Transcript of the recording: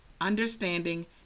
understanding